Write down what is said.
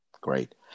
Great